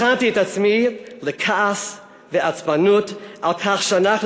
הכנתי את עצמי לכעס ועצבנות על כך שאנחנו